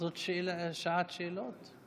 זאת שעת שאלות?